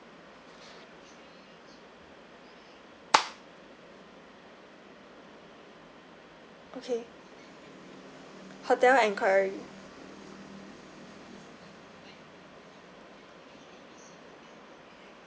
okay hotel enquiry